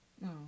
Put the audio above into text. no